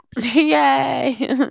Yay